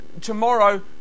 tomorrow